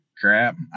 crap